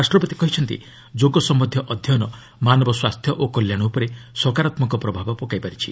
ରାଷ୍ଟ୍ରପତି କହିଛନ୍ତି ଯୋଗ ସମ୍ୟନ୍ଧୀୟ ଅଧ୍ୟୟନ ମାନବ ସ୍ୱାସ୍ଥ୍ୟ ଓ କଲ୍ୟାଣ ଉପରେ ସକାରାତ୍ମକ ପ୍ରଭାବ ପକାଇପାରିଛି